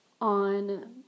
on